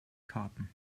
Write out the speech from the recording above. karten